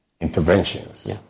interventions